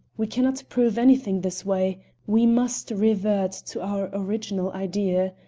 we can not prove anything this way we must revert to our original idea.